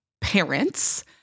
parents